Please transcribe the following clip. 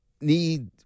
need